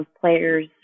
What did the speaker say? players